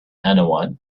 anyone